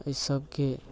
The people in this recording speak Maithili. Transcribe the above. अइ सबके